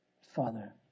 Father